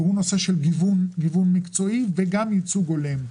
זה הנושא של גיוון מקצועי וייצוג הולם.